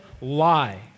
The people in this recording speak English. lie